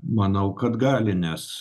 manau kad gali nes